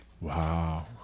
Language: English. wow